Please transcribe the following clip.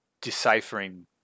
deciphering